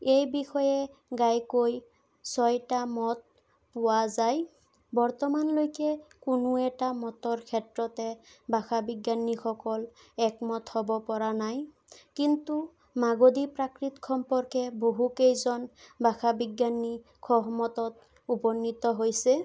এইবিষয়ে ঘাইকৈ ছয়টা মত পোৱা যায় বৰ্তমানলৈকে কোনো এটা মতৰ ক্ষেত্ৰতে ভাষাবিজ্ঞানীসকল একমত হ'ব পৰা নাই কিন্তু মাগদী প্ৰাকৃত সম্পৰ্কে বহু কেইজন ভাষাবিজ্ঞানী সহমতত উপনীত হৈছে